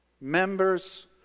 members